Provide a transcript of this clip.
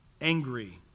angry